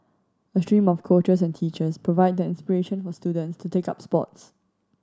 a stream of coaches and teachers provide the inspiration for students to take up sports